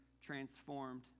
transformed